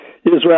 Israel